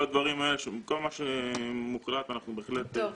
כל מה שמוחלט, אנחנו בהחלט עושים.